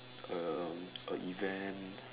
um a event